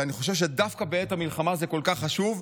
ואני חושב שדווקא בעת המלחמה זה כל כך חשוב,